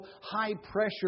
high-pressure